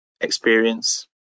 experience